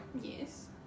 Yes